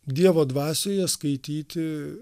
dievo dvasioje skaityti